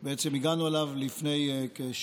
שאליו בעצם הגענו לפני כשנתיים,